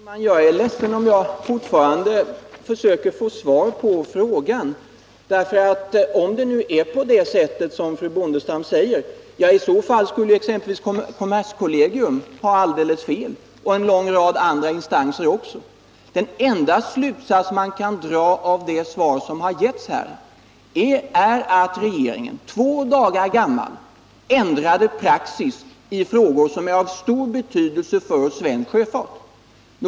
Herr talman! Jag är ledsen att jag måste fortsätta att försöka få svar på min fråga. Om det nu är så som fru Bondestam säger, ja, då skulle exempelvis kommerskollegium och en lång rad andra instanser ha fel. Den enda slutsats man kan dra av det svar som har givits är att regeringen — två dagar gammal — ändrade praxis i frågor som är av stor betydelse för svensk sjöfart.